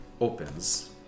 opens